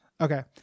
Okay